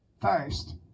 first